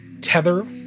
tether